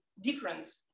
difference